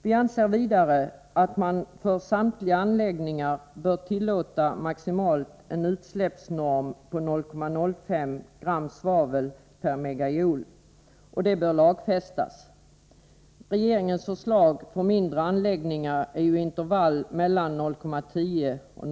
Vi anser vidare att man för samtliga anläggningar bör tillåta ett utsläpp på maximalt 0,05 gram svavel per MJ, och det bör lagfästas. Regeringens förslag för mindre anläggningar är intervallet 0,10-0,17 g/MJ.